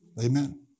Amen